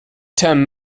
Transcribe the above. term